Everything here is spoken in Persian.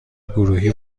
گروهی